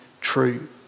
true